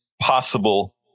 possible